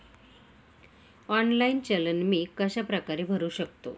Online चलन मी कशाप्रकारे भरु शकतो?